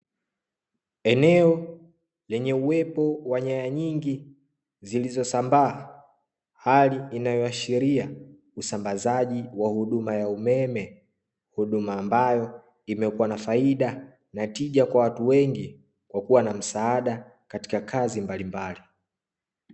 Eneo lenye uwepo wa nyaya nyingi zilizosambaa hali inayoashiria usambazaji wa huduma ya umeme huduma ambayo imekuwa na faida na tija kwa watu wengi kwa kuwa na msaada katika kazi mbalimbali.